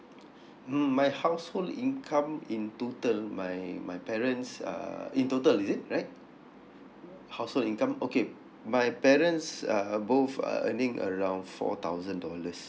mm my household income in total my my parents uh in total is it right household income okay my parents uh both uh earning around four thousand dollars